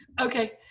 Okay